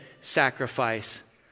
sacrifice